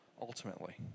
ultimately